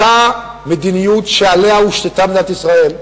אותה מדיניות שעליה הושתתה מדינת ישראל,